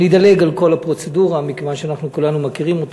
אני אדלג על כל הפרוצדורה מכיוון שאנחנו כולנו מכירים אותה.